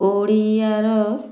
ଓଡ଼ିଆର